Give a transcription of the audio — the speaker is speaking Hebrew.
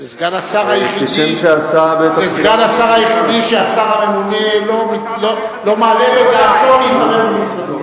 זה סגן השר היחיד שהשר הממונה לא מעלה בדעתו להתערב במשרדו.